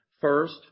First